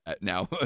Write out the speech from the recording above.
now